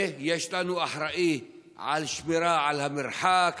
ויש לנו אחראי לשמירה על המרחק,